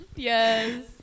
Yes